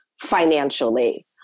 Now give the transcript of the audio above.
financially